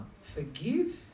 forgive